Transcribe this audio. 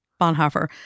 Bonhoeffer